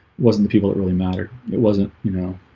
wasn't the people that really mattered it wasn't you know?